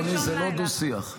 אדוני, זה לא דו-שיח.